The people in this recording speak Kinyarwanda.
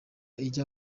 ijya